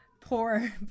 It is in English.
Poor